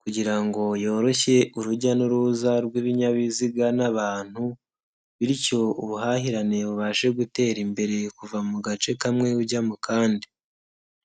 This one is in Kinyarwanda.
kugira ngo yoroshye urujya n'uruza rw'ibinyabiziga n'abantu, bityo ubuhahirane bubashe gutera imbere kuva mu gace kamwe ujya mu kandi.